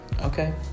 Okay